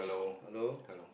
hello